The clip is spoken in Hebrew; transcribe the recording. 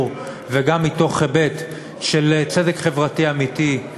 וגם מתוך היבט של מתן צדק חברתי אמיתי,